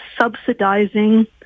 subsidizing